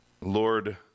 Lord